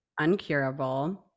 uncurable